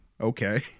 Okay